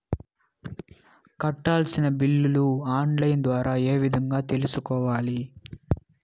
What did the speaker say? కట్టాల్సిన బిల్లులు online ద్వారా ఏ విధంగా తెలుసుకోవాలి?